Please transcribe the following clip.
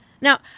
Now